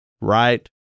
right